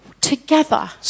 together